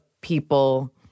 people